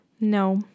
No